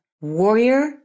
warrior